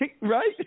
right